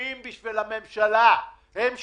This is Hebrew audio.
שקופים בשביל הממשלה, הם שקופים.